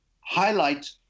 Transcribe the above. highlight